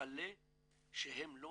מתפלא שהם לא